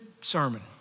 sermon